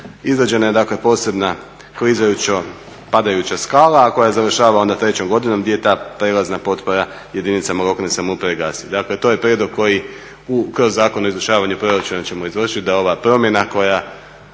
Izrađena je dakle posebna klizajuća padajuća skala koja završava onda trećom godinom gdje je ta prijelazan potpora jedinicama lokalne samouprave gasi. Dakle, to je prijedlog koji kroz Zakon o izvršavanju proračuna ćemo izvršiti da ova promjena koja